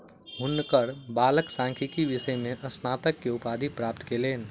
हुनकर बालक सांख्यिकी विषय में स्नातक के उपाधि प्राप्त कयलैन